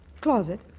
Closet